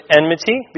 enmity